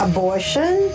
Abortion